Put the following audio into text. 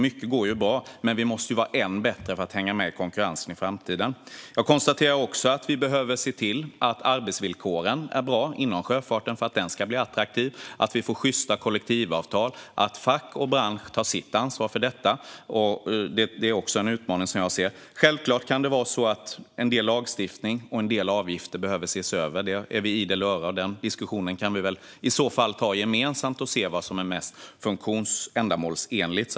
Mycket går alltså bra, men vi måste vara än bättre för att hänga med i konkurrensen i framtiden. Jag konstaterar också att vi behöver se till att arbetsvillkoren är bra inom sjöfarten för att den ska bli attraktiv. Att vi får sjysta kollektivavtal och att fack och bransch tar sitt ansvar för detta är också en utmaning som jag ser. Självklart kan en del lagstiftning och en del avgifter behöva ses över. Där är vi idel öra, och den diskussionen kan vi väl i så fall ta gemensamt för att se vad som är mest ändamålsenligt.